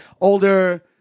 Older